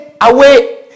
away